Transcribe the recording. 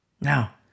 now